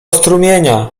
strumienia